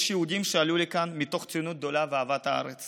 יש יהודים שעלו לכאן מתוך ציונות גדולה ואהבת הארץ